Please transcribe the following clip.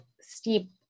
steep